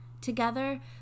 Together